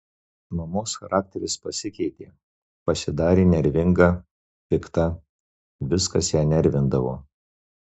mamos charakteris pasikeitė pasidarė nervinga pikta viskas ją nervindavo